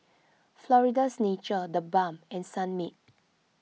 Florida's Natural the Balm and Sunmaid